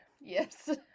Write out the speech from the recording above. Yes